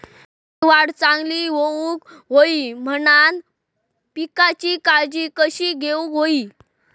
पिकाची वाढ चांगली होऊक होई म्हणान पिकाची काळजी कशी घेऊक होई?